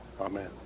amen